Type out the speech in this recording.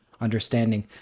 understanding